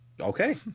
okay